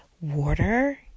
water